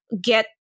get